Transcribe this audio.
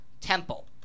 Temple